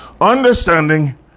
Understanding